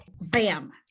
bam